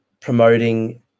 promoting